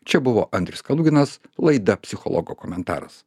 čia buvo andrius kaluginas laida psichologo komentaras